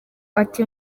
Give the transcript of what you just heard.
ati